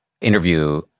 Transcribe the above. interview